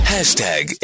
Hashtag